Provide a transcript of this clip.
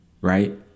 Right